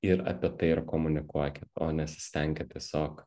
ir apie tai ir komunikuokit o nesistenkit tiesiog